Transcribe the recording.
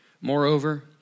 Moreover